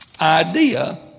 idea